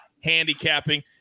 handicapping